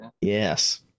Yes